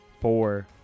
Four